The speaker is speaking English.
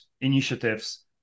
initiatives